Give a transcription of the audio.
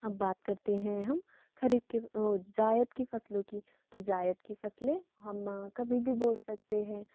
अब बात करते हैं हम खारीफ़ की और जायद के फसलों की तो जायद की फसलें हम कभी भी बो सकते हैं